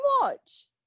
Watch